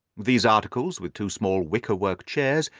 these articles, with two small wicker-work chairs,